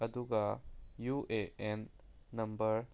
ꯑꯗꯨꯒ U A N number